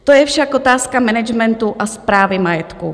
To je však otázka managementu a správy majetku.